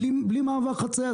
בלי מעבר חציה.